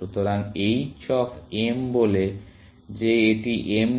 সুতরাং h of m বলে যে এটি m